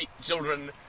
children